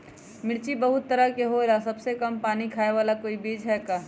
मिर्ची बहुत तरह के होला सबसे कम पानी खाए वाला कोई बीज है का?